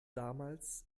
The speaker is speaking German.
damals